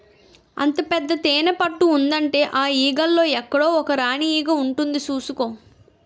అంత పెద్ద తేనెపట్టు ఉందంటే ఆ ఈగల్లో ఎక్కడో ఒక రాణీ ఈగ ఉంటుంది చూసుకో